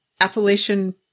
Appalachian